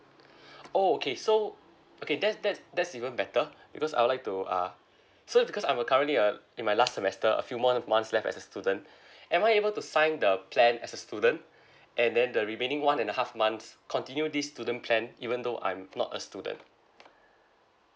oh okay so okay that's that's that's even better because I would like to go uh so because I'm a currently uh in my last semester a few more months left as a student am I able to sign the plan as a student and then the remaining one and a half months continue this student plan even though I'm not a student